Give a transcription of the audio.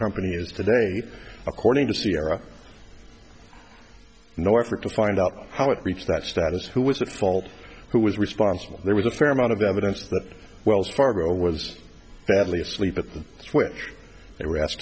company is today according to sierra no effort to find out how it reached that status who was at fault who was responsible there was a fair amount of evidence that wells fargo was badly asleep at the switch